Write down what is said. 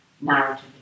narrative